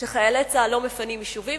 שחיילי צה"ל לא מפנים יישובים,